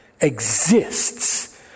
exists